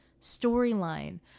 storyline